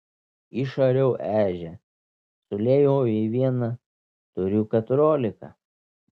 išariau ežią suliejau į vieną turiu keturiolika